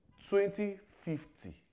2050